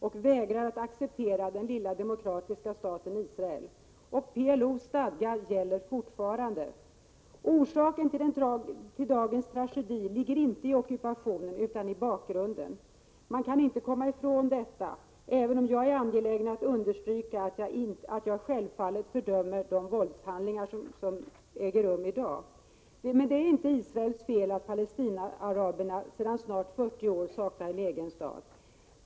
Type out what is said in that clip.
De vägrar att acceptera den lilla demokratiska staten Israel, PLO:s stadgar gäller fortfarande. Orsaken till dagens tragedi ligger inte i ockupationen utan i det som har föranlett den. Man kan inte komma ifrån detta, även om jag är angelägen att understryka att jag självfallet fördömer de våldshandlingar som äger tum i dag. Men det är inte Israels fel att Palestina-araberna sedan snart 40 år tillbaka saknar en egen stat.